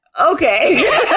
Okay